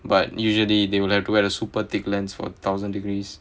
but usually they will have to wear a super thick lens for a thousand degrees